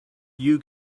you